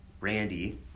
Randy